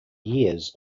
years